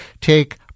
Take